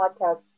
podcast